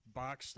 box